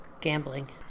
gambling